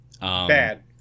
Bad